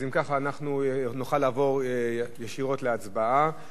אם כך, נוכל לעבור ישירות להצבעה.